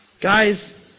guys